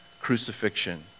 crucifixion